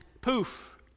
poof